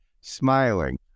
smiling